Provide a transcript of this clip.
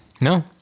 No